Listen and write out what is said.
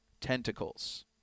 Tentacles